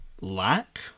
lack